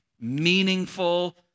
meaningful